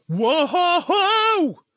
whoa